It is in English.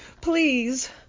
Please